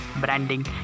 branding